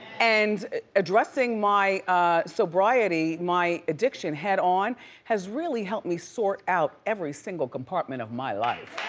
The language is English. and addressing my sobriety, my addiction, head-on, has really helped me sort out every single compartment of my life.